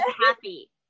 happy